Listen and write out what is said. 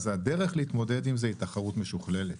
אז הדרך להתמודד עם זה היא תחרות משוכללת.